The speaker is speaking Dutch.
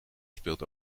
speelt